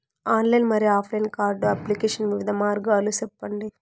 Online మరియు offline card application వివిధ మార్గాలు సెప్పండి?